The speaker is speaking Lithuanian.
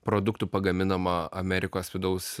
produktų pagaminama amerikos vidaus